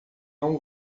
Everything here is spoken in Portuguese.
não